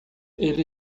ele